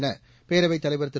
என பேரவைத் தலைவர் திரு